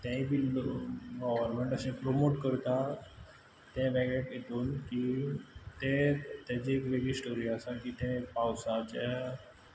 तेंय बीन गव्हर्मेंट अशें प्रोमोट करता ते वेगळे इंतून की तें ताची वेगळी स्टोरी आसा की तें पावसाच्या